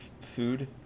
food